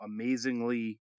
amazingly